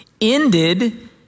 ended